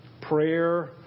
prayer